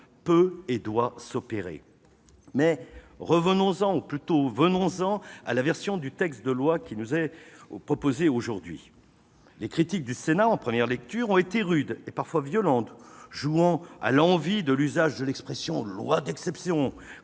peut et doit s'opérer. Cela étant, revenons-en, ou plutôt venons-en à la version du texte de loi qui nous est proposée aujourd'hui. Les critiques au Sénat en première lecture ont été rudes et parfois violentes, jouant à l'envi de l'expression « loi d'exception »,